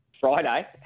Friday